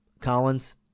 Collins